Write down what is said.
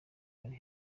ari